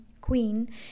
queen